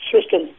system